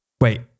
Wait